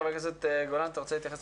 חבר הכנסת גולן, אתה רוצה להתייחס?